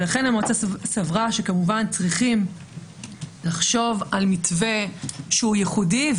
ולכן המועצה סברה שכמובן צריכים לחשוב על מתווה ייחודי.